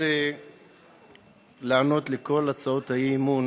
רוצה לענות על כל הצעות האי-אמון,